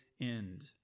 end